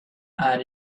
are